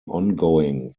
ongoing